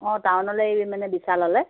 অঁ টাউনলে এই মানে বিশাললৈ